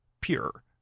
pure